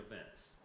events